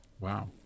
wow